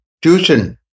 tuition